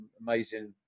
amazing